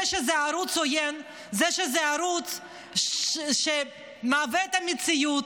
זה שזה ערוץ עוין, זה שזה ערוץ שמעוות את המציאות,